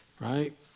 Right